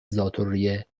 ذاتالریه